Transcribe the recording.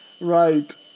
Right